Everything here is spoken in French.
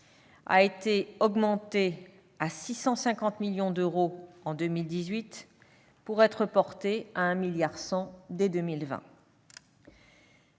a été augmentée à 650 millions d'euros en 2018, pour être portée à 1,1 milliard d'euros